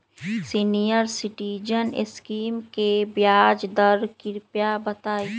senior citizen scheme के ब्याज दर कृपया बताईं